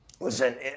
Listen